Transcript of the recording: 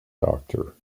doctor